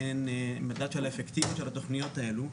אין מדד של האפקטיביות של התוכניות האלה,